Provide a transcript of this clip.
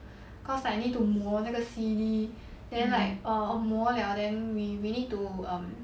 cause like need to 磨那个 C_D then like err 磨 liao then we we need to um